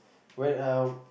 went out